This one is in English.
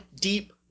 deep